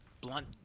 blunt